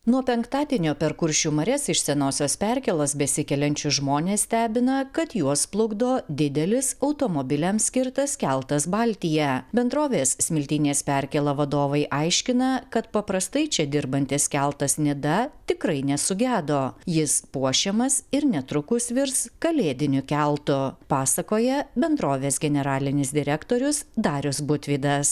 nuo penktadienio per kuršių marias iš senosios perkėlos besikeliančius žmones stebina kad juos plukdo didelis automobiliams skirtas keltas baltija bendrovės smiltynės perkėla vadovai aiškina kad paprastai čia dirbantys keltas nida tikrai nesugedo jis puošiamas ir netrukus virs kalėdiniu keltu pasakoja bendrovės generalinis direktorius darius butvydas